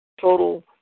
Total